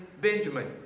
Benjamin